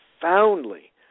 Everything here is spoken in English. profoundly